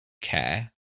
care